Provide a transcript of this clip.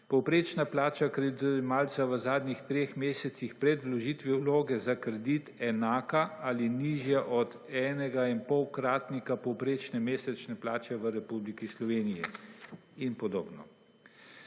povprečna plača kreditojemalca v zadnjih 3 mesecih pred vložitvijo vloge za kredit enaka ali nižja od 1,5 kratnika povprečne mesečne plače v Republiki Sloveniji in podobno.